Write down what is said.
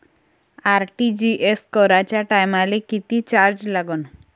RTGS कराच्या टायमाले किती चार्ज लागन?